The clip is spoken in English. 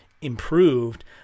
improved